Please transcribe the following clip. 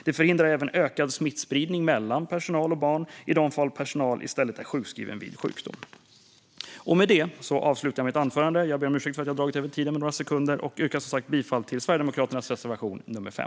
Det förhindrar även ökad smittspridning mellan personal och barn i de fall personal i stället är sjukskriven vid sjukdom. Med det avslutar jag mitt anförande. Jag ber om ursäkt för att jag dragit över tiden med några sekunder och yrkar som sagt bifall till Sverigedemokraternas reservation 5.